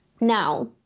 now